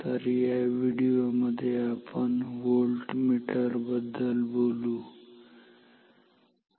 तर या व्हिडीओमध्ये आपण व्होल्टमीटर बद्दल बोलू ठीक आहे